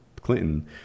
Clinton